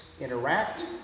interact